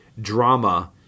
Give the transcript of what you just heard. drama